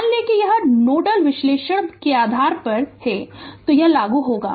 मान लें कि यह नोडल विश्लेषण में आधार है तो लागू होगा